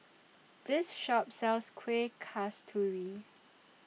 This Shop sells Kuih Kasturi